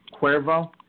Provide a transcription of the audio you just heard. Cuervo